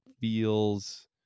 feels